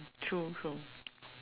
true true